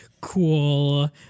cool